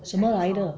什么来的